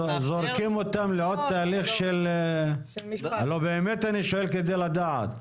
זורקים אותם לעוד תהליך, אני באמת שואל כדי לדעת.